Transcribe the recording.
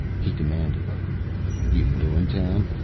he demanded you new in town?